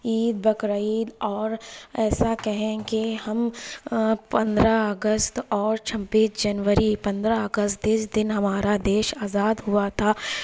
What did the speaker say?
عید بقرعید اور ایسا کہیں کہ ہم پندرہ اگست اور چھبیس جنوری پندرہ اگست جس دن ہمارا دیش آزاد ہوا تھا